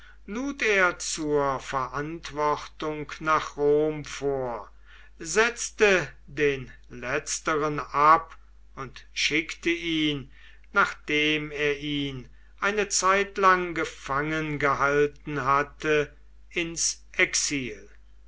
lud er zur verantwortung nach rom vor setzte den letzteren ab und schickte ihn nachdem er ihn eine zeitlang gefangen gehalten hatte ins exil